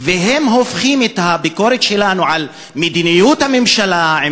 הם הופכים את הביקורת שלנו על מדיניות הממשלה,